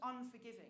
unforgiving